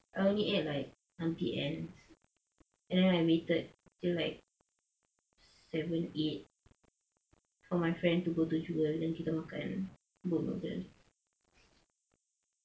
I only ate like auntie anne's and then I waited till like seven eight for my friend to go to jewel then kita makan boat noodle